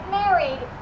married